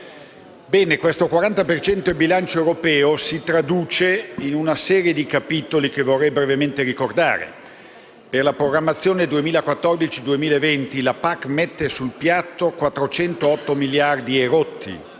per cento del bilancio europeo si traduce in una serie di capitoli che vorrei brevemente ricordare. Per la programmazione 2014-2020 la PAC mette sul piatto circa 408 miliardi: